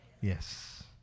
Yes